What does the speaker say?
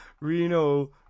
Reno